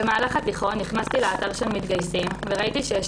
במהלך התיכון נכנסתי לאתר של "מתגייסים" וראיתי שיש